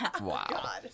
Wow